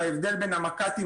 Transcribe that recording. בהבדל בין המק"טים,